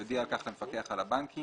יודיע על כך למפקח על הבנקים.